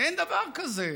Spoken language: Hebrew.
אין דבר כזה.